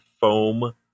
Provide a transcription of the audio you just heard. foam